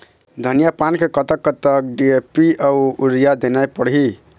धनिया पान मे कतक कतक डी.ए.पी अऊ यूरिया देना पड़ही?